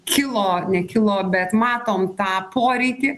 kilo nekilo bet matom tą poreikį